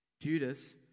Judas